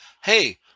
hey